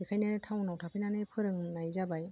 बेखायनो टाउनाव थाफैनानै फोरोंनाय जाबाय